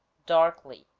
darkly